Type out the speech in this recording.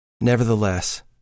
Nevertheless